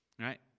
Right